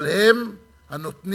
אבל הם הנותנים,